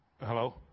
Hello